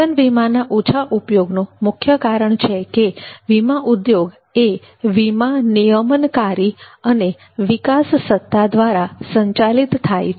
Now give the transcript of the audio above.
જીવન વીમાના ઓછા ઉપયોગનું મુખ્ય કારણ છે કે વીમા ઉદ્યોગ એ વીમા નિયમનકારી અને વિકાસ સત્તા દ્વારા સંચાલિત થાય છે